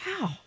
Wow